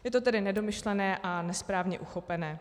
Je to tedy nedomyšlené a nesprávně uchopené.